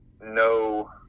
no